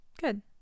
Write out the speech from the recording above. Good